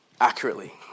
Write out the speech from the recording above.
accurately